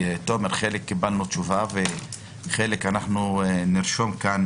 תומר, לגבי חלק קיבלנו תשובה וחלק נרשום כאן.